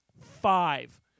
five